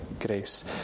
grace